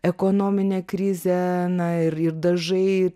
ekonomine krize na ir dažai